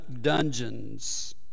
dungeons